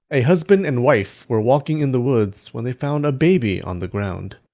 a husband and wife were walking in the woods when they found a baby on the ground.